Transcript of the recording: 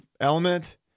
element